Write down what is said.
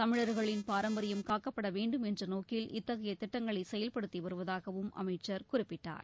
தமிழர்களின் பாரம்பரியம் காக்கப்பட வேண்டும் என்ற நோக்கில் இத்தகைய திட்டங்களை செயல்படுத்தி வருவதாகவும் அமைச்சர் குறிப்பிட்டார்